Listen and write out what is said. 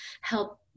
help